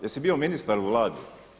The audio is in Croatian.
Jer li bio ministar u Vladi?